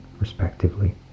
respectively